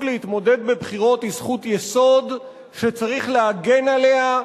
להתמודד בבחירות היא זכות יסוד שצריך להגן עליה,